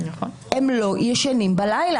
הם לא ישנים בלילה.